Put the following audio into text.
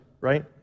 right